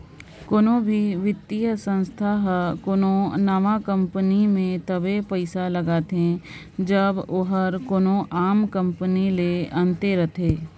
कोनो भी बित्तीय संस्था हर कोनो नावा कंपनी में तबे पइसा लगाथे जब ओहर कोनो आम कंपनी ले अन्ते रहें